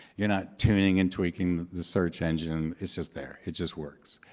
you're not tuning and tweaking the search engine. it's just there. it just works.